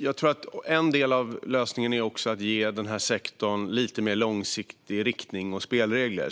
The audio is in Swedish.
Fru talman! En del av lösningen är att ge sektorn lite mer långsiktig riktning och spelregler.